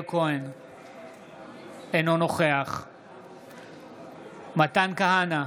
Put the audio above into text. אינו נוכח מתן כהנא,